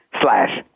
slash